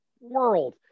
world